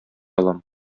алам